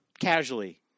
casually